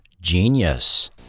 Genius